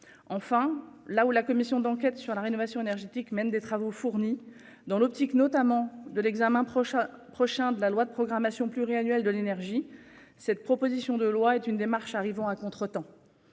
Enfin là où la commission d'enquête sur la rénovation énergétique même des travaux fournis dans l'optique notamment de l'examen prochain prochain de la loi de programmation pluriannuelle de l'énergie. Cette proposition de loi est une démarche arrivant à contretemps.